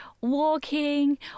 walking